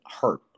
hurt